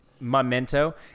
memento